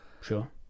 Sure